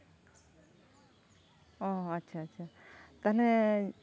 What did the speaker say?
ᱚ ᱟᱪᱪᱷᱟ ᱟᱪᱪᱷᱟ ᱛᱟᱞᱦᱮ